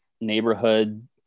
neighborhood